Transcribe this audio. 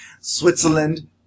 Switzerland